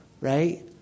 right